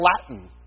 Latin